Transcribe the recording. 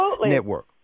network